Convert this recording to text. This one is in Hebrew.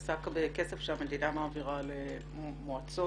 עסק בכסף שהמדינה מעבירה למועצות,